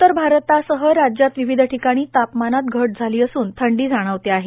उत्तर भारतासह राज्यात विविध ठिकाणी तापमानात घट झाली असूल थंडी जाणवते आहे